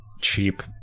cheap